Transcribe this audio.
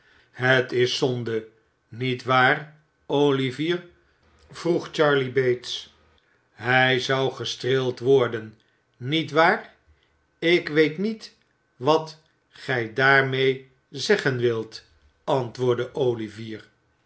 het is zonde niet waar olivier vroeg charley bates hij zou gestreeld worden niet waar ik weet niet wat gij daarmee zeggen wilt antwoordde olivier